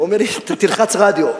אומר לי: תלחץ רדיו.